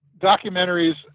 documentaries